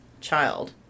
child